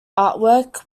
artwork